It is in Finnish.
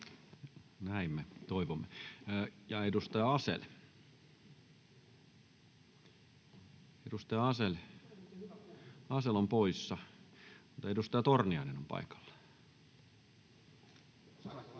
Näin me toivomme. — Edustaja Asell on poissa — mutta edustaja Torniainen on paikalla.